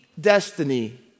destiny